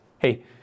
Hey